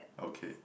okay